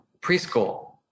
preschool